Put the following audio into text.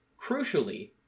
Crucially